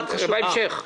בהמשך.